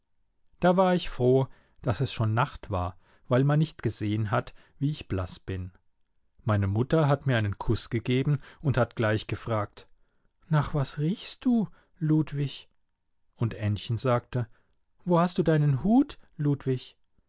da war ich froh daß es schon nacht war weil man nicht gesehen hat wie ich blaß bin meine mutter hat mir einen kuß gegeben und hat gleich gefragt nach was riechst du ludwig und ännchen fragte wo hast du deinen hut ludwig